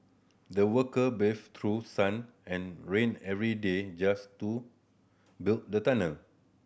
the worker braved through sun and rain every day just to build the tunnel